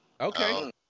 Okay